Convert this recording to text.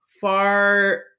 far